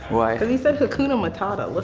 why? cause he said hakuna matata,